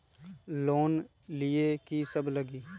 Loan लिए की सब लगी?